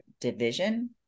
division